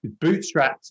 bootstrapped